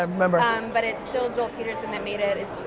um remember. um but it's still joel peterson that made it.